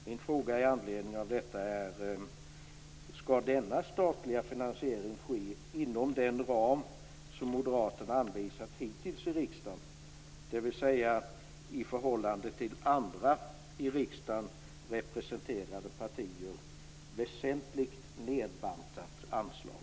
Min fråga med anledning av detta är: Skall denna statliga finansiering ske inom den ram som moderaterna hittills anvisat i riksdagen, dvs. ett i förhållande till vad som förordas av andra i riksdagen representerade partier väsentligt nedbantat anslag?